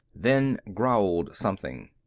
then growled something.